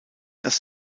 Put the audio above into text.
dass